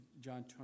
John